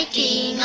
e